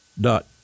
dot